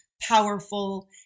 powerful